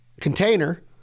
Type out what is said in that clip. container